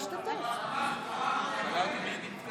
אני לא משתתף.